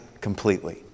completely